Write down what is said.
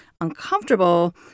uncomfortable